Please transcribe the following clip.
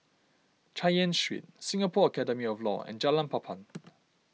Chay Yan Street Singapore Academy of Law and Jalan Papan